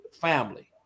family